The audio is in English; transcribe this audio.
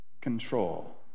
control